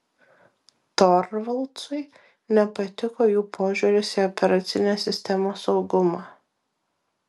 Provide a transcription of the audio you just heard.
torvaldsui nepatiko jų požiūris į operacinės sistemos saugumą